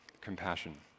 compassion